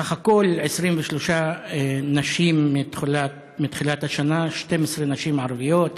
סך הכול 23 נשים מתחילת השנה: 12 נשים ערביות,